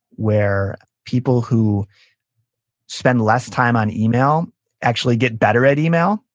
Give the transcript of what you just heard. where people who spend less time on email actually get better at email.